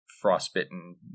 frostbitten